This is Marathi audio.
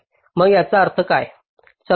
मग याचा अर्थ काय